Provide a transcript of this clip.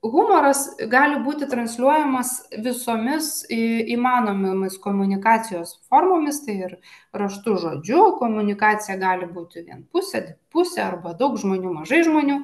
humoras gali būti transliuojamas visomis įmanomomis komunikacijos formomis tai ir raštu žodžiu komunikacija gali būti vienpusės dvipusė arba daug žmonių mažai žmonių